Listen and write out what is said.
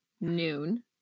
noon